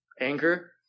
anger